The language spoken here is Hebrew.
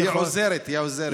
היא עוזרת, היא עוזרת.